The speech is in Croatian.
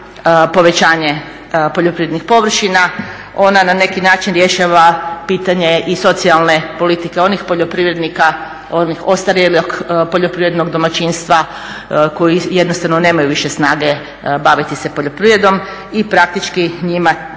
povećanje poljoprivrednih površina ona na neki način rješava pitanje i socijalne politike onih poljoprivrednika, onog ostarjelog poljoprivrednog domaćinska koji jednostavno nemaju više snage baviti se poljoprivredom i praktički njima